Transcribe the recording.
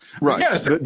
Right